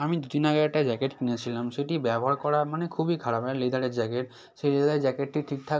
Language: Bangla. আমি দু দিন আগে একটা জ্যাকেট কিনেছিলাম সেটি ব্যবহার করা মানে খুবই খারাপ মানে লেদারের জ্যাকেট সেই লেদারের জ্যাকেটটি ঠিকঠাক